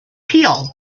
peel